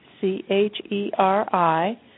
C-H-E-R-I